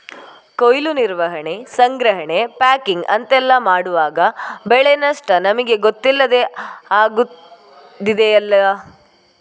ಕೊಯ್ಲು, ನಿರ್ವಹಣೆ, ಸಂಗ್ರಹಣೆ, ಪ್ಯಾಕಿಂಗ್ ಅಂತೆಲ್ಲ ಮಾಡುವಾಗ ಬೆಳೆ ನಷ್ಟ ನಮಿಗೆ ಗೊತ್ತಿಲ್ಲದೇ ಆಗುದಿದೆಯಲ್ಲ